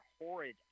horrid